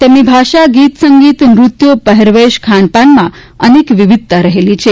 તેમની ભાષા ગીત સંગીત નૃત્યો પહેરવેશ ખાનપાનમાં અનેક વિવિધતા રહી છે